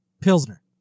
Pilsner